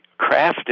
crafted